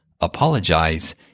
apologize